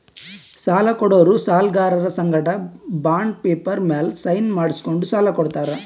ಸಾಲ ಕೊಡೋರು ಸಾಲ್ಗರರ್ ಸಂಗಟ ಬಾಂಡ್ ಪೇಪರ್ ಮ್ಯಾಲ್ ಸೈನ್ ಮಾಡ್ಸ್ಕೊಂಡು ಸಾಲ ಕೊಡ್ತಾರ್